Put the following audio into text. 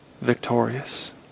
Victorious